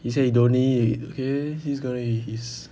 he say he don't need okay he's gonna be he's